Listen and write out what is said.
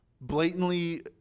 blatantly